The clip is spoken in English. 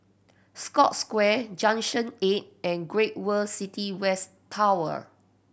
Scotts Square Junction Eight and Great World City West Tower